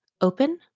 open